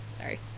sorry